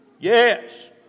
Yes